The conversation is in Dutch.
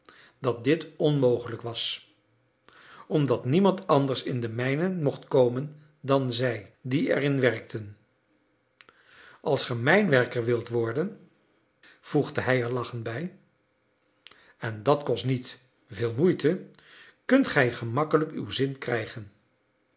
dat dit onmogelijk was omdat niemand anders in de mijnen mocht komen dan zij die er in werkten als ge mijnwerker wilt worden voegde hij er lachend bij en dat kost niet veel moeite kunt gij gemakkelijk uw zin krijgen